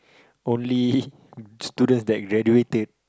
only students that graduated